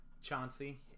Chauncey